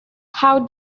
how